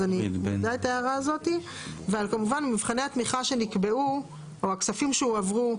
ועל כמובן מבחני התמיכה שנקבעו או הכספים שהועברו,